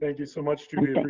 thank you so much, judy.